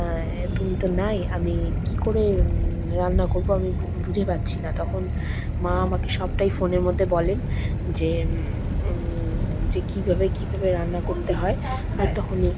তুমি তো নাই আমি কী করে রান্না করবো আমি বুঝে পা পাচ্ছি না তখন মা আমাকে সবটাই ফোনের মধ্যে বলেন যে যে কীভাবে কীভাবে রান্না করতে হয় আর তখনই